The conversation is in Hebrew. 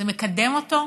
זה מקדם אותו?